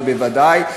זה בוודאי,